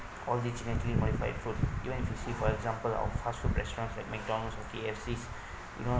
all genetically modified food you have to see for example of fast food restaurants like mcdonald's or K_F_C you know